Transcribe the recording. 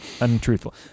Untruthful